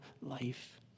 life